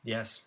Yes